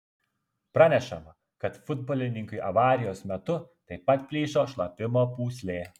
pranešama kad futbolininkui avarijos metu taip pat plyšo šlapimo pūslė